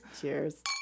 Cheers